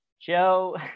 Joe